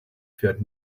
fährt